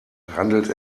handelt